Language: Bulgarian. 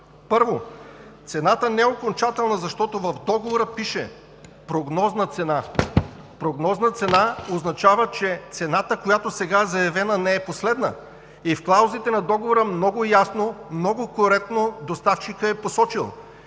Първо, цената не е окончателна, защото в договора пише: „прогнозна цена“. „Прогнозна цена“ означава, че цената, която сега е заявена, не е последна, и в клаузите на договора много ясно, много коректно доставчикът е посочил,